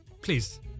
please